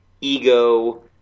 ego